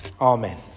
Amen